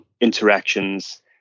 interactions